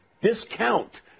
discount